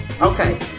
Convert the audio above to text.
Okay